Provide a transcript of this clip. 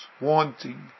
wanting